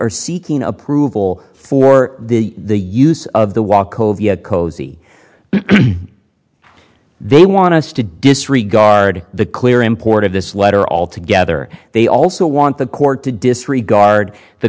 are seeking approval for the use of the walkover cozy they want us to disregard the clear import of this letter all together they also want the court to disregard the